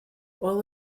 all